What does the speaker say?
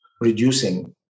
reducing